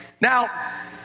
Now